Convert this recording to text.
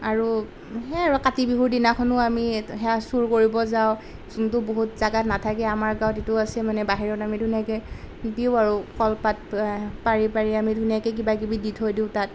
আৰু সেয়াই আৰু কাতি বিহুৰ দিনাখনো আমি সেয়া চুৰ কৰিব যাওঁ যোনটো বহুত জেগাত নাথাকে আমাৰ গাঁৱত এইটো আছে মানে বাহিৰত আমি ধুনীয়াকৈ দিওঁ আৰু কলপাত পাৰি পাৰি আমি ধুনীয়াকৈ কিবা কিবি দি থৈ দিওঁ তাত